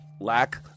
Lack